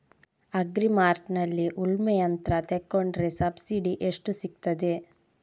Agri ಮಾರ್ಟ್ನಲ್ಲಿ ಉಳ್ಮೆ ಯಂತ್ರ ತೆಕೊಂಡ್ರೆ ಸಬ್ಸಿಡಿ ಎಷ್ಟು ಸಿಕ್ತಾದೆ?